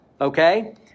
Okay